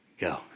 Go